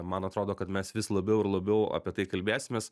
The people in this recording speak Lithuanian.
man atrodo kad mes vis labiau ir labiau apie tai kalbėsimės